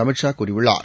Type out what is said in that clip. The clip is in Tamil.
அமித் ஷா கூறியுள்ளார்